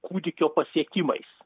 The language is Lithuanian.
kūdikio pasiekimais